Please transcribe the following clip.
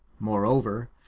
moreover